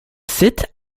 sitt